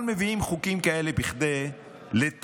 אבל מביאים חוקים כאלה כדי לטרלל.